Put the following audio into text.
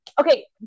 okay